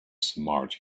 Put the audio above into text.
smart